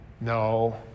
No